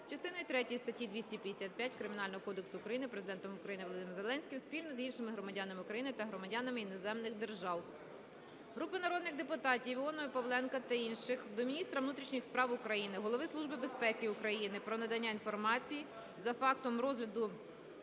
третьою статті 255 Кримінального кодексу України Президентом України Володимиром Зеленським спільно з іншими громадянами України та громадянами іноземних держав. Групи народних депутатів (Іонової, Павленка та інших) до Міністра внутрішніх справ України, Голови Служби безпеки України про надання інформації за фактом розгляду